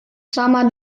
sama